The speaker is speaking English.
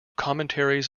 commentaries